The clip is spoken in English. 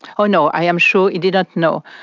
oh no, i am sure he didn't know.